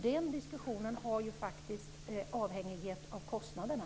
Den diskussionen är ju faktiskt avhängig av kostnaderna.